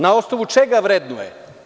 Na osnovu čega vrednuje?